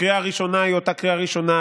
הקריאה הראשונה היא אותה קריאה ראשונה,